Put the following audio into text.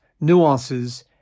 nuances